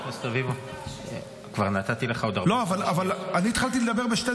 חבר הכנסת רביבו, כבר נתתי לך עוד 45 שניות.